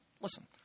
Listen